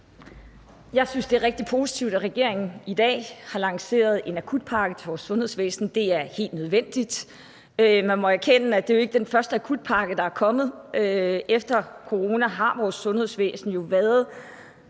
Jeg synes, det er rigtig positivt, at regeringen i dag har lanceret en akutpakke til vores sundhedsvæsen. Det er helt nødvendigt. Man må erkende, at det ikke er den første akutpakke, der er kommet. Efter corona har vores sundhedsvæsen jo været